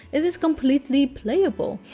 it is completely playable!